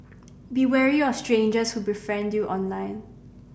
be wary of strangers who befriend you online